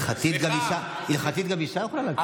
הלכתית גם אישה יכולה לתת גט.